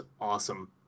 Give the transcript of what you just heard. awesome